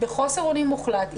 בחוסר אונים מוחלט,